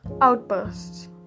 Outbursts